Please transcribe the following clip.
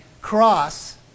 Cross